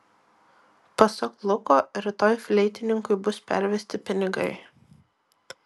pasak luko rytoj fleitininkui bus pervesti pinigai